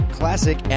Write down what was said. classic